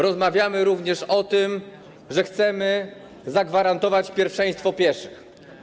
Rozmawiamy również o tym, że chcemy zagwarantować pierwszeństwo pieszych.